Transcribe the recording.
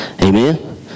amen